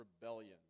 rebellion